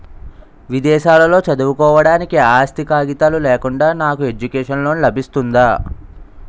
విదేశాలలో చదువుకోవడానికి ఆస్తి కాగితాలు లేకుండా నాకు ఎడ్యుకేషన్ లోన్ లబిస్తుందా?